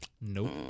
Nope